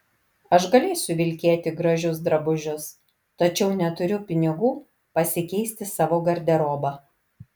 aš galėsiu vilkėti gražius drabužius tačiau neturiu pinigų pasikeisti savo garderobą